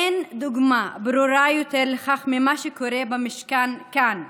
אין דוגמה ברורה יותר לכך ממה שקורה במשכן כאן.